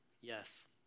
Yes